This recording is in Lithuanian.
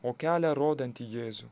o kelią rodantį jėzų